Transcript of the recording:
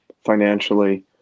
financially